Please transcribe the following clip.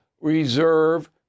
reserve